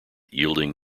yielding